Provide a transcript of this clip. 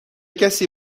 کسی